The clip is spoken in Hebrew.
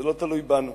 זה לא תלוי בנו.